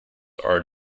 are